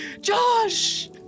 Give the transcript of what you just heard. josh